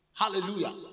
Hallelujah